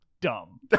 dumb